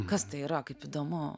kas tai yra kaip įdomu